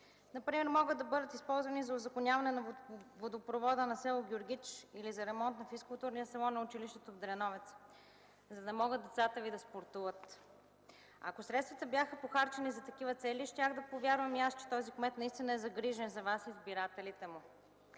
пари могат да бъдат използвани за узаконяване на водопровода на село Гюргич или за ремонт на физкултурния салон на училището в село Дреновец, за да могат децата Ви да спортуват. Ако средствата бяха похарчени за такива цели, щях да повярвам и аз, че този кмет наистина е загрижен за Вас –избирателите му.